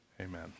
Amen